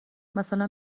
مثلا